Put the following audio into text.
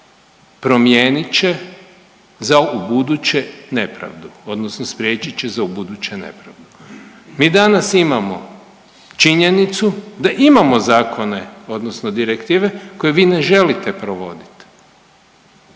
promijenit će za ubuduće nepravdu odnosno spriječit će za ubuduće nepravdu. Mi danas imamo činjenicu da imamo zakone odnosno direktive koje vi ne želite provodit,